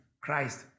Christ